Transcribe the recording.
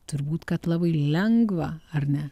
turbūt kad labai lengva ar ne